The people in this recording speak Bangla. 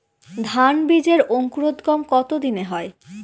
ধান বীজের অঙ্কুরোদগম কত দিনে হয়?